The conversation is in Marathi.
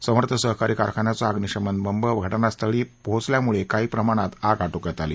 समर्थ सहकारी कारखान्याचा अग्निशमन बंब घटनास्थळी पोचहल्यामुळे काही प्रमाणात आग आटोक्यात आली